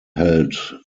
held